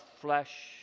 flesh